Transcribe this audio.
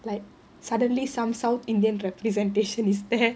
like suddenly some south indian representation is there